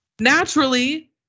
naturally